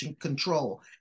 control